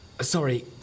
Sorry